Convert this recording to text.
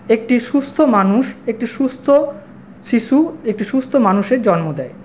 একটি সুস্থ মানুষ একটি সুস্থ শিশু একটি সুস্থ মানুষের জন্ম দেয়